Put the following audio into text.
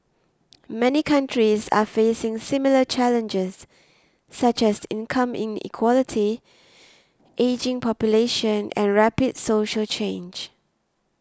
many countries are facing similar challenges such as income inequality ageing population and rapid social change